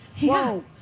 whoa